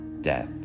death